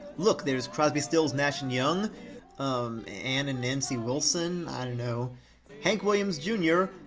look, there's crosby, stills, nash and young um, ann and nancy wilson? i don't know hank williams jr.